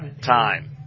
time